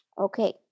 Okay